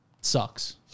sucks